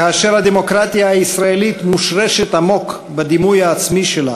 כאשר הדמוקרטיה הישראלית מושרשת עמוק בדימוי העצמי שלנו